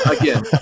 again